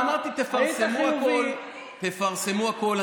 לא, אבל אמרתי, תפרסמו הכול.